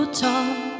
talk